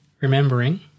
remembering